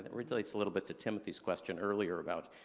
really it's a little bit to timothy's question earlier about,